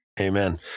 Amen